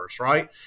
right